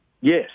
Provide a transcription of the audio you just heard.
Yes